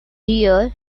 deer